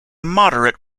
moderate